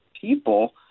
people